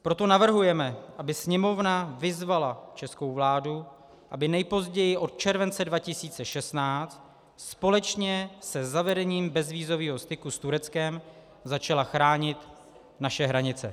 Proto navrhujeme, aby Sněmovna vyzvala českou vládu, aby nejpozději od července 2016 společně se zavedením bezvízového styku s Tureckem začala chránit naše hranice.